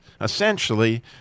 essentially